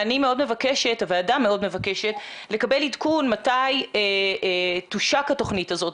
הוועדה מאוד מבקשת לקבל עדכון מתי תושק התוכנית הזאת,